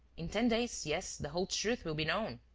in ten days, yes, the whole truth will be known.